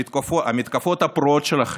המתקפות הפרועות שלכם,